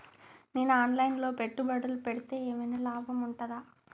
నేను online లో పెట్టుబడులు పెడితే ఏమైనా లాభం ఉంటదా?